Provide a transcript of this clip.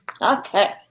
Okay